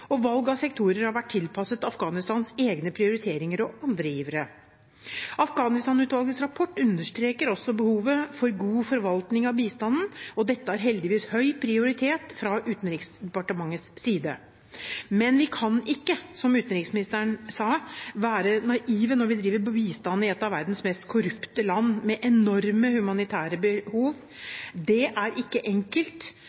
og pålitelig. Valg av sektorer har vært tilpasset Afghanistans egne prioriteringer og andre givere. Afghanistan-utvalgets rapport understreker også behovet for god forvaltning av bistanden, og dette har heldigvis høy prioritet fra Utenriksdepartementets side. Men vi kan ikke, som utenriksministeren sa, være naive når vi driver bistand i et av verdens mest korrupte land med enorme humanitære